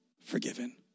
forgiven